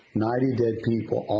ninety dead people.